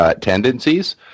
tendencies